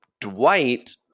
Dwight